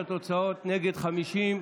התוצאות: נגד, 50,